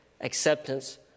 acceptance